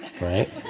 right